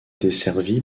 desservie